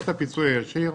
יש את הפיצוי הישיר